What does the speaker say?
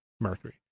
Mercury